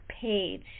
page